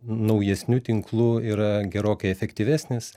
naujesnių tinklų yra gerokai efektyvesnis